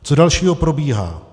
Co dalšího probíhá?